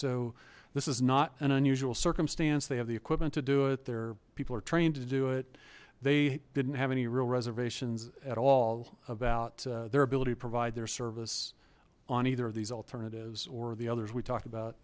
so this is not an unusual circumstance they have the equipment to do it their people are trained to do it they didn't have any real reservations at all about their ability to provide their service on either of these alternatives or the others we talked about